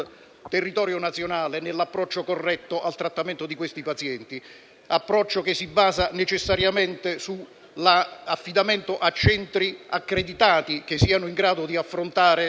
diversità nell'approccio corretto al trattamento di questi pazienti; approccio che si basa necessariamente sull'affidamento a centri accreditati, che siano in grado di affrontare